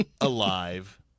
Alive